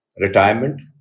Retirement